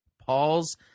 Paul's